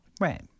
Right